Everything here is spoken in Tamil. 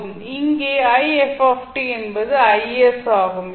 இங்கே என்பதுஆகும்